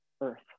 earth